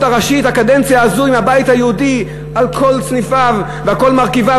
הראשית בקדנציה הזו עם הבית היהודי על כל סניפיו ועל כל מרכיביו,